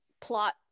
plot